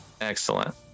Excellent